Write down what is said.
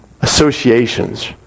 associations